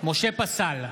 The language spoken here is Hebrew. משה פסל,